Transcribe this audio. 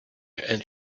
and